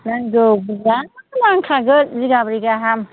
नांगौ गोबां नांखागोन बिघाब्रै गाहाम